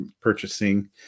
purchasing